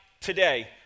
today